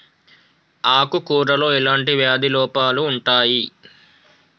ఆకు కూరలో ఎలాంటి వ్యాధి లోపాలు ఉంటాయి?